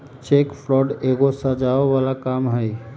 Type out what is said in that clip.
cheque fraud एगो सजाओ बला काम हई